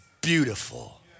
beautiful